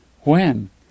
When